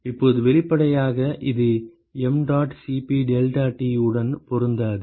இப்போது வெளிப்படையாக இது mdot Cp deltaT உடன் பொருந்தாது